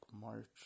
March